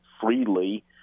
freely